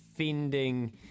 Defending